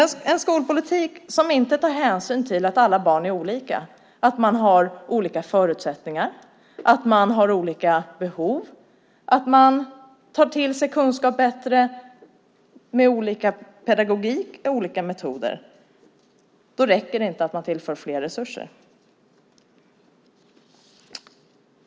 Om en skolpolitik inte tar hänsyn till att alla barn är olika, har olika förutsättningar och behov, tar till sig kunskap bättre med olika pedagogik och metoder räcker det inte att man tillför mer resurser.